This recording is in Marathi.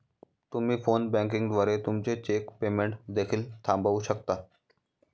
तुम्ही फोन बँकिंग द्वारे तुमचे चेक पेमेंट देखील थांबवू शकता